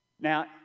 Now